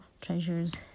treasures